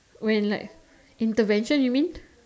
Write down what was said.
when like intervention you mean